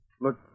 Look